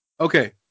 Okay